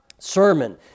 sermon